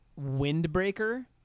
windbreaker